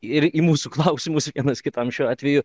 ir į mūsų klausimus vienas kitam šiuo atveju